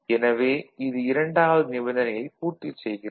எனவே இது இரண்டாவது நிபந்தனையைப் பூர்த்தி செய்கிறது